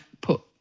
put